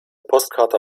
postkarte